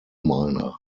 miner